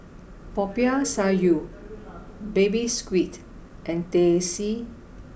Popiah Sayur Baby Squid and Teh C